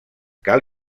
cal